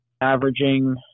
averaging